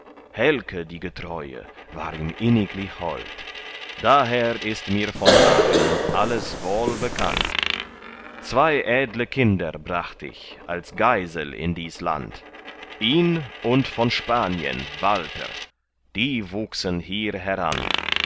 helke die getreue war ihm inniglich hold daher ist mir von hagen alles wohlbekannt zwei edle kinder bracht ich als geisel in dies land ihn und von spanien walther die wuchsen hier heran